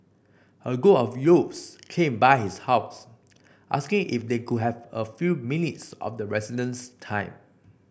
a group of youths came by his house asking if they could have a few minutes of the resident's time